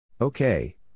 Okay